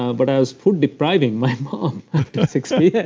um but i was food-depriving my mom after six p yeah